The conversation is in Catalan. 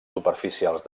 superficials